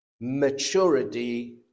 maturity